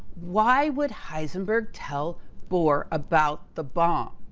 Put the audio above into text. why would heisenberg tell bohr about the bomb?